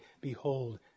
behold